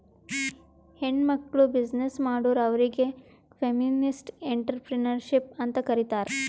ಹೆಣ್ಮಕ್ಕುಳ್ ಬಿಸಿನ್ನೆಸ್ ಮಾಡುರ್ ಅವ್ರಿಗ ಫೆಮಿನಿಸ್ಟ್ ಎಂಟ್ರರ್ಪ್ರಿನರ್ಶಿಪ್ ಅಂತ್ ಕರೀತಾರ್